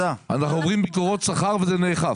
אנחנו עוברים ביקורות שכר וזה נאכף.